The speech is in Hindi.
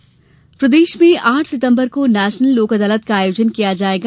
लोक अदालत प्रदेश में आठ सितम्बर को नेशनल लोक अदालत का आयोजन किया जायेगा